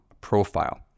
profile